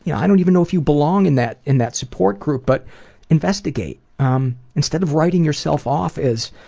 yeah i don't even know if you belong in that in that support group, but investigate um instead of writing yourself off as,